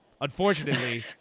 Unfortunately